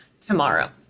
tomorrow